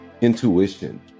intuition